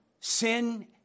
sin